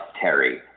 Terry